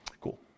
Cool